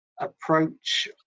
approach